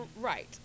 Right